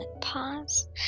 Pause